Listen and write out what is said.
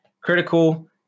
Critical